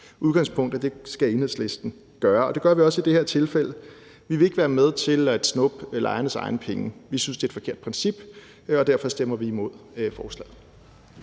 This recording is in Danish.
udgangspunkt gøre. Og det gør vi også i det her tilfælde. Vi vil ikke være med til at snuppe lejernes egne penge. Vi synes, det er et forkert princip, og derfor stemmer vi imod forslaget.